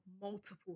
multiple